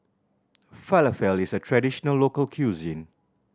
falafel is a traditional local cuisine